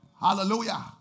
Hallelujah